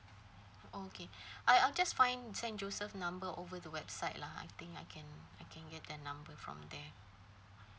okay I I'll just find saint joseph number over the website lah I think I can I can get their number from there